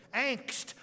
angst